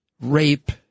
rape